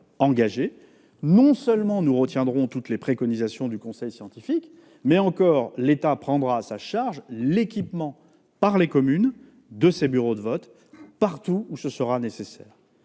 engagé : non seulement nous retiendrons toutes les préconisations du conseil scientifique, mais encore l'État prendra à sa charge l'équipement des bureaux de vote dans les communes, partout où cela sera nécessaire.